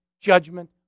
judgment